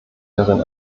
darin